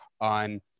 on